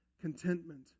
contentment